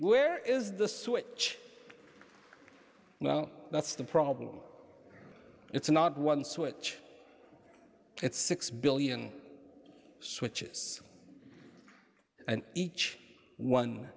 where is the switch well that's the problem it's not one switch it's six billion switches and each one